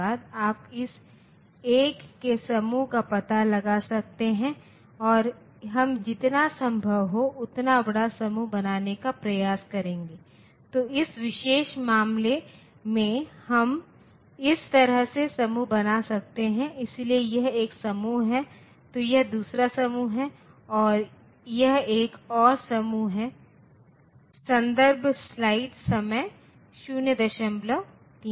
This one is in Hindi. इसलिए अगर मुझे मिला है मान ले तो 4 बिट प्रतिनिधित्व मैं प्रतिनिधित्व कर सकता हूं 0 से 7 की संख्या जो सकारात्मक हैं और मैं उनके पूरक ले सकता हूं और मैं 1 से 8 का प्रतिनिधित्व कर सकता हूं